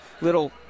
Little